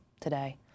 today